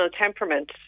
temperament